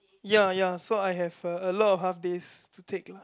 ya ya so I have a a lot of half days to take lah